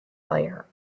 player